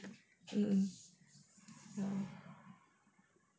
mm ya